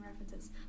references